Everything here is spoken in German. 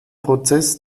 prozess